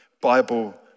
Bible